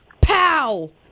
Pow